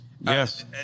yes